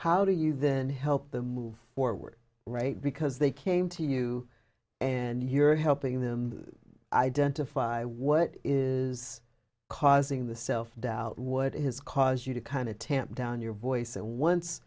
then help them move forward right because they came to you and you're helping them identify what is causing the self doubt what his cause you to kind of tamp down your voice and once